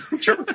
Sure